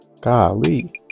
Golly